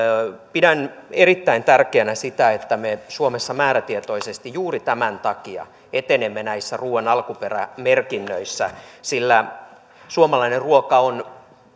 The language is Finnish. pidän erittäin tärkeänä sitä että me suomessa määrätietoisesti juuri tämän takia etenemme näissä ruuan alkuperämerkinnöissä sillä suomalainen ruoka on